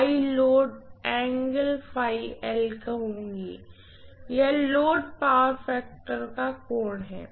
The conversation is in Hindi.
मैं इसे या कहूँगी यह लोड पावर फैक्टर का कोण है